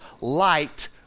light